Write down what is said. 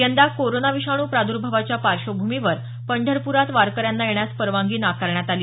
यंदा कोरोना विषाणू प्रादुर्भावाच्या पार्श्वभूमीवर पंढरप्रात वारकऱ्यांना येण्यास परवानगी नाकारण्यात आली